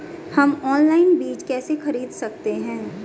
हम ऑनलाइन बीज कैसे खरीद सकते हैं?